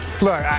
Look